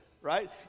Right